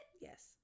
Yes